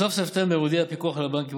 בסוף ספטמבר הודיע הפיקוח על הבנקים